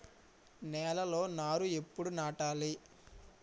నేలలో నారు ఎప్పుడు నాటాలి?